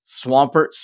Swampert